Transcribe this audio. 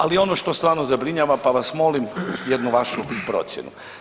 Ali ono što stvarno zabrinjava pa vas molim jednu vašu procjenu.